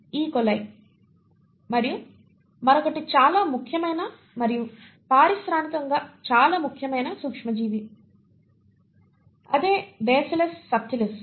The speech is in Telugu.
Coli మరియు మరొకటి చాలా ముఖ్యమైన మరియు పారిశ్రామికంగా చాలా ముఖ్యమైన సూక్ష్మజీవి అదే బాసిల్లస్ సబ్టిలిస్